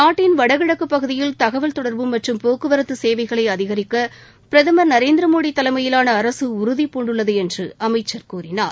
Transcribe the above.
நாட்டின் வடகிழக்கு பகுதியில் தகவல் தொடர்பு மற்றும் போக்குவரத்து சேவைகளை அதிகரிக்க பிரதமர் திரு நரேந்திர மோடி தலைமையிலான அரசு உறுதிபூண்டுள்ளது என்று அமைச்சர் கூறினார்